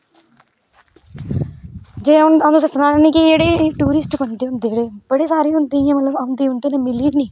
जेहड़ा आंऊ तुसेंगी सना नी कि जेहडे़ टूरिस्ट बंदे होंदे जेहडे बडे़ सारे होंदे मतलब इयां आंदे ओदे मिलदे नेई